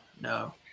No